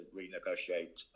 renegotiate